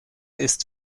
ist